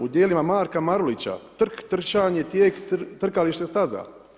U djelima Marka Marulića trk, trčanje, tijek, trkalište, staza.